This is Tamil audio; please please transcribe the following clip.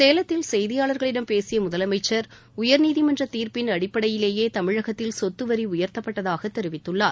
சேலத்தில் செய்தியாளர்களிடம் பேசிய முதலமைச்சர் உயர்நீதிமன்ற தீர்ப்பின் அடிப்படையிலேயே தமிழகத்தில் சொத்துவரி உயர்த்தப்பட்டதாக தெரிவித்துள்ளார்